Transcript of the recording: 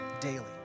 daily